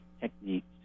techniques